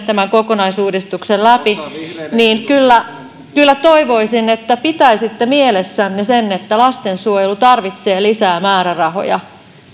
tämän kokonaisuudistuksen niin kyllä toivoisin että pitäisitte mielessänne sen että lastensuojelu tarvitsee lisää määrärahoja